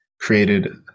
created